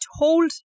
told